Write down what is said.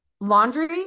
laundry